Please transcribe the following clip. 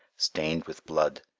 stained with blood,